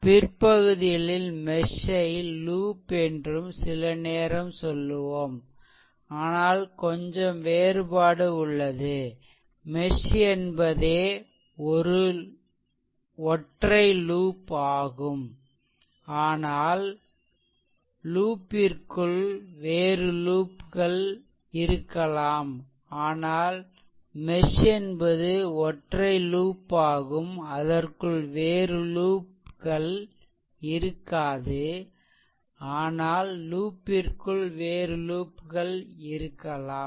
பிற்பகுதிகளில் mesh ஐ loop என்றும் சில நேரம் சொல்லுவோம் ஆனால் கொஞ்சம் வேறுபாடு உள்ளது மெஷ் என்பதே ஒற்றை லூப் ஆகும் ஆனால் லூப்பிற்குள் வேறு லூப்கள் இருக்கலாம் ஆனால் மெஷ் என்பது ஒற்றை லூப் ஆகும் அதற்குள் வேறு லூப்கள் இருக்காது ஆனால் லூப்பிற்குள் வேறு லூப்கள் இருக்கலாம்